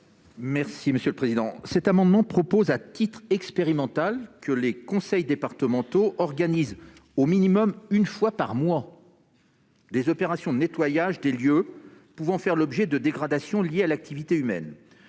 ? Les auteurs de cet amendement proposent, à titre expérimental, que les conseils départementaux organisent, au minimum une fois par mois, des opérations de nettoyage des lieux pouvant faire l'objet de dégradations liées à l'activité humaine.